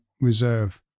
Reserve